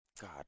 God